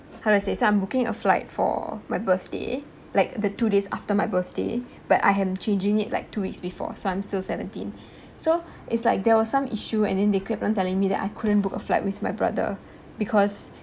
how to say so I'm booking a flight for my birthday like the two days after my birthday but I am changing it like two weeks before so I'm still seventeen so it's like there was some issue and they keep on telling me that I couldn't book a flight with my brother because